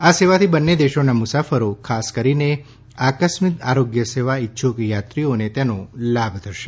આ સેવાથી બંને દેશોના મુસાફરો ખાસ કરીને આકસ્મિક આરોગ્ય સેવા ઇચ્છક યાત્રીઓને તેનો લાભ થશે